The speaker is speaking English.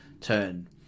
turn